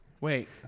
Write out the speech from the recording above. Wait